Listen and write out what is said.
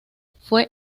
fue